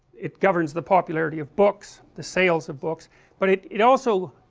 it governs the popularity of books the sales of books but it it also,